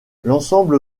l’ensemble